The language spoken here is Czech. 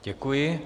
Děkuji.